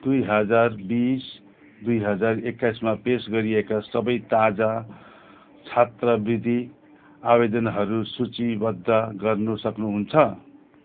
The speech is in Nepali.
दुई हजार बिस दुई हजार एक्काइसमा पेस गरिएका सबै ताजा छात्रवृत्ति आवेदनहरू सूचीबद्ध गर्न सक्नुहुन्छ